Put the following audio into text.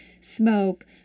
smoke